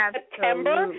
September